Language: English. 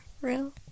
real